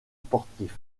sportif